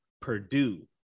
Purdue